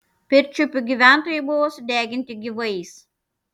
pirčiupių gyventojai buvo sudeginti gyvais